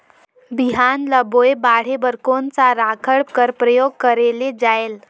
बिहान ल बोये बाढे बर कोन सा राखड कर प्रयोग करले जायेल?